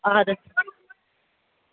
اَدٕ حظ